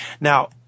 Now